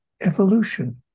evolution